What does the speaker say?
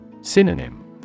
Synonym